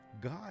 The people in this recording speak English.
God